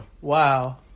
Wow